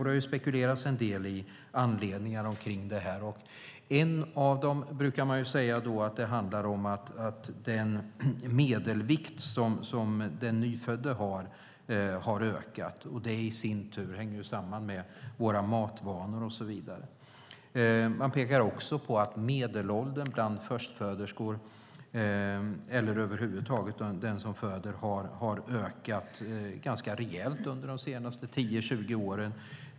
Det har spekulerats en del i anledningar till det här. Man brukar säga att en av dem handlar om att den nyföddes medelvikt har ökat, och det i sin tur hänger samman med våra matvanor och så vidare. Man pekar också på att medelåldern bland förstföderskor, eller den som föder över huvud taget, har ökat ganska rejält under de senaste 10, 20 åren.